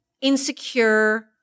insecure